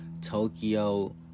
Tokyo